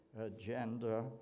agenda